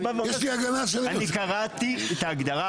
אני רק בא ואומר --- יש לי הגנה של --- אני קראתי את ההגדרה.